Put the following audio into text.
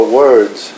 words